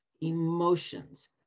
emotions